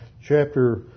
chapter